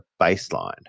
baseline